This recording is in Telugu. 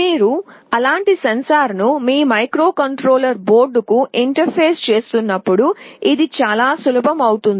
మీరు అలాంటి సెన్సార్ను మీ మైక్రోకంట్రోలర్ బోర్డ్కు ఇంటర్ఫేస్ చేస్తున్నప్పుడు ఇది చాలా సులభం అవుతుంది